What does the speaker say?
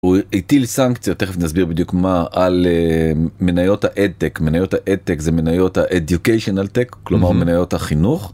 הטיל סנקציה תכף נסביר בדיוק מה על מניות ה-Ed tech מניות האד טק זה מניות ה-Educational tech כלומר מניות החינוך.